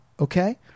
Okay